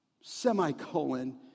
Semicolon